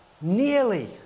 nearly